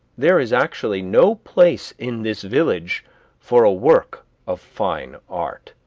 there is actually no place in this village for a work of fine art,